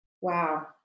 Wow